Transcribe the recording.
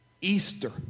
Easter